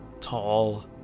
Tall